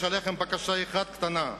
יש לי אליכם בקשה אחת קטנה: